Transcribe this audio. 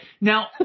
Now